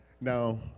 Now